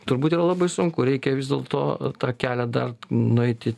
turbūt yra labai sunku reikia vis dėlto tą kelią dar nueiti